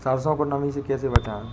सरसो को नमी से कैसे बचाएं?